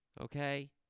okay